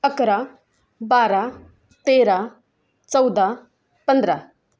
अकरा बारा तेरा चौदा पंधरा